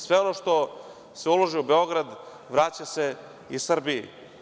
Sve ono što se ulaže u Beograd, vraća se i Srbiji.